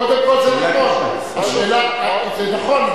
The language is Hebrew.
קודם כול, זה נכון.